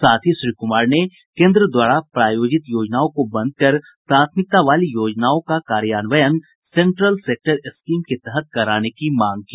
साथ ही श्री कुमार ने केन्द्र द्वारा प्रायोजित योजनाओं को बंद कर प्राथमिकता वाली योजनाओं का कार्यान्वयन सेंट्रल सेक्टर स्कीम के तहत कराने की मांग की